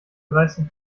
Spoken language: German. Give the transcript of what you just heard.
dreißig